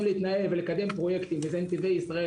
להתנהל ולנהל פרויקטים וזה נתיבי ישראל,